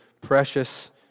precious